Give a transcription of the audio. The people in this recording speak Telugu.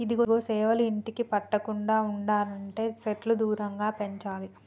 ఇదిగో సేవలు ఇంటికి పట్టకుండా ఉండనంటే సెట్లు దూరంగా పెంచాలి